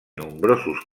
nombrosos